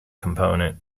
component